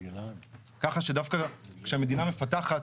כך שדווקא כשהמדינה מפתחת,